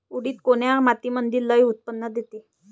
उडीद कोन्या मातीमंदी लई उत्पन्न देते?